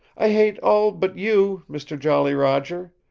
i hate all but you, mister jolly roger.